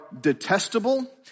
detestable